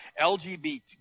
LGBT